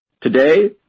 Today